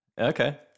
okay